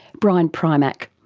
brian primack.